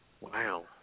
Wow